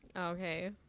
okay